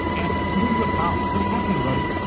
and today you are down. what's happening buddy?